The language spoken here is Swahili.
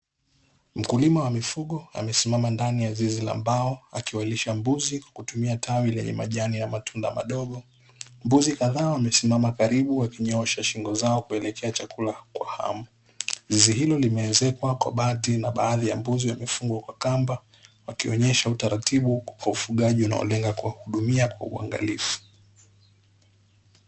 Mkulima wa mifugo amesimama ndani ya zizi la mbao, akiwalisha mbuzi kwa kutumia tawi lenye majani ya matunda madogo. Mbuzi kadhaa wamesimama karibu wakinyosha shingo zao kuelekea chakula kwa hamu. Zizi hilo limeezekwa kwa bati na baadhi ya mbuzi wamefungwa kwa kamba, wakionyesha utaratibu wa ufugaji unaolenga kuwahudumia kwa uangalifu.